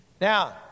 Now